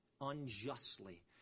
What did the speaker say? unjustly